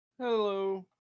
hello